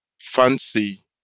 fancy